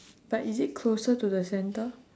but is it closer to the center